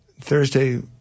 Thursday